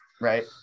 Right